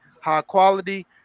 high-quality